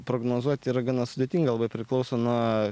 prognozuoti yra gana sudėtinga labai priklauso nuo